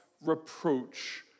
reproach